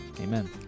Amen